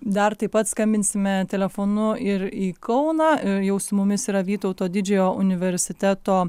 dar taip pat skambinsime telefonu ir į kauną jau su mumis yra vytauto didžiojo universiteto